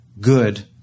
good